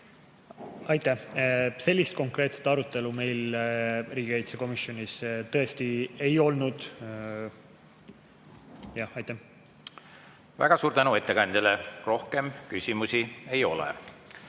Aitäh! Sellist konkreetset arutelu meil riigikaitsekomisjonis tõesti ei olnud. Väga suur tänu ettekandjale! Rohkem küsimusi ei ole.